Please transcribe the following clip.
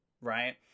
right